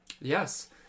Yes